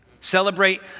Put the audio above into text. Celebrate